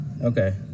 okay